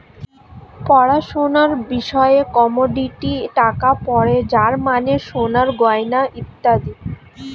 পড়াশোনার বিষয়ে কমোডিটি টাকা পড়ে যার মানে সোনার গয়না ইত্যাদি